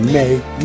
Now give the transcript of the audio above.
make